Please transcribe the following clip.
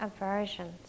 aversions